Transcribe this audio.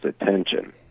attention